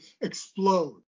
explode